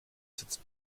sitzt